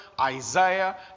Isaiah